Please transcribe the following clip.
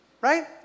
right